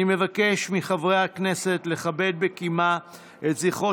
אני מבקש מחברי הכנסת לכבד בקימה את זכרו